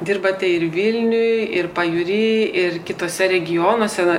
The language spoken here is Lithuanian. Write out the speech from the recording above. dirbate ir vilniuj ir pajūry ir kituose regionuose na